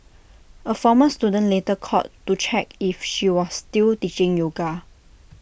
A former student later called to check if she was still teaching yoga